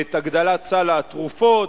את הגדלת סל התרופות,